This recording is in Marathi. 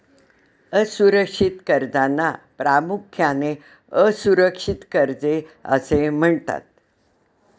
असुरक्षित कर्जांना प्रामुख्याने असुरक्षित कर्जे असे म्हणतात